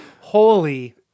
holy